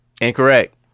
Incorrect